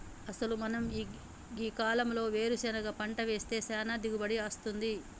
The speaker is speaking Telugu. అసలు మనం గీ కాలంలో వేరుసెనగ పంట వేస్తే సానా దిగుబడి అస్తుంది